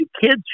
Kids